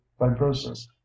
fibrosis